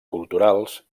culturals